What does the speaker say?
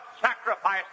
sacrifice